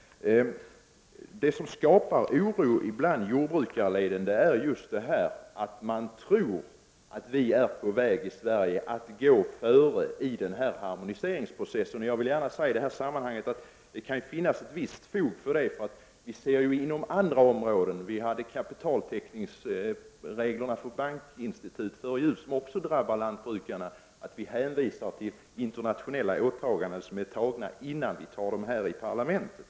Det som skapar oro bland jordbrukare är just att de tror att vi i Sverige är på väg att gå före i harmoniseringsprocessen. Jag vill gärna säga i detta sammanhang att det finns ett visst fog för det. Vi ser ju inom andra områden, t.ex. när det gäller kapitaltäckningsreglerna för bankinstitut, att man hänvisar till internationella åtaganden som är antagna, innan vi beslutar om sådant i parlamentet.